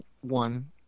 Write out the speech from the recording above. one